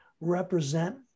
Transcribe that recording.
represent